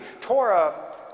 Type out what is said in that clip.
Torah